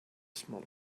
small